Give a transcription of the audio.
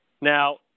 Now